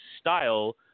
style